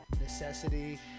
necessity